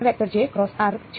તેથી તે છે